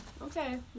okay